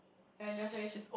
and just wave